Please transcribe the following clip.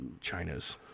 China's